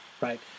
right